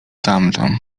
tamto